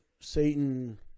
Satan